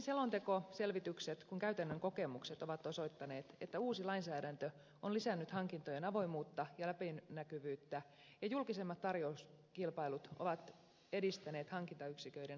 niin selontekoselvitykset kuin käytännön kokemukset ovat osoittaneet että uusi lainsäädäntö on lisännyt hankintojen avoimuutta ja läpinäkyvyyttä ja julkisemmat tarjouskilpailut ovat edistäneet hankintayksiköiden asiantuntemusta